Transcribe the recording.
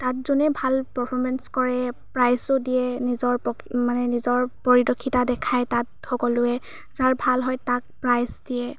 তাত যোনে ভাল পাৰ্ফৰমেন্স কৰে প্ৰাইজো দিয়ে নিজৰ প মানে নিজৰ পৰিদক্ষিতা দেখায় তাত সকলোৱে যাৰ ভাল হয় তাক প্ৰাইজ দিয়ে